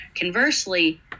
Conversely